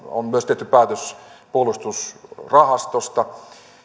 on myös tehty päätös puolustusrahastosta